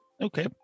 Okay